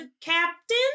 captain